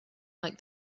like